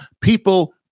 People